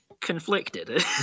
conflicted